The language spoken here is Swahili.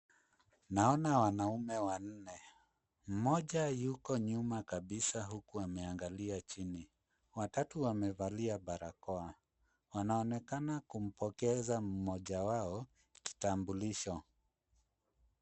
Naona wanaume wanne. Mmoja yuko nyuma kabisa huku ameangalia chini. Watatu wamevalia barakoa. Wanaonekana kumpokeza mmoja wao kitambulisho.